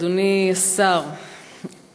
אדוני השר,